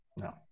No